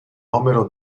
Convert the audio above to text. omero